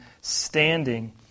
standing